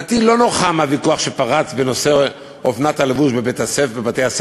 דעתי לא נוחה מהוויכוח שפרץ בנושא אופנת הלבוש בבתי-הספר.